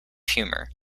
humour